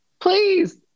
please